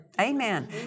Amen